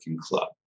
club